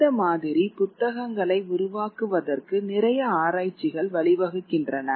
இந்த மாதிரி புத்தகங்களை உருவாக்குவதற்கு நிறைய ஆராய்ச்சிகள் வழிவகுக்கின்றன